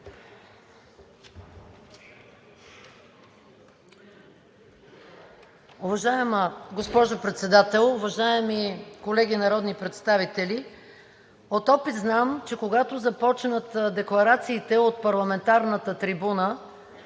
Уважаема госпожо Председател, уважаеми колеги народни представители! От опит знам, че когато започнат декларациите от парламентарната трибуна,